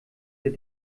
der